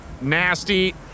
Nasty